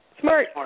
Smart